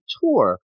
tour